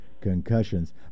concussions